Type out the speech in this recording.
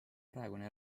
praegune